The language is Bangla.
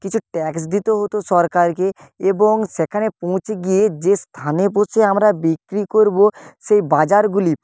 কিছু ট্যাক্স দিতে হতো সরকারকে এবং সেখানে পৌঁছে গিয়ে যে স্থানে বসে আমরা বিক্রি করবো সেই বাজারগুলি